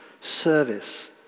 service